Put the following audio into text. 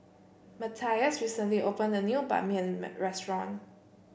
Matthias recently opened a new ban mean Mian restaurant